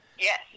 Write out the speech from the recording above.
Yes